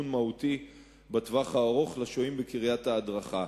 מהותי בטווח הארוך לשוהים בקריית ההדרכה.